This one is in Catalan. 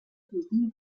cultiu